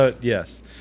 Yes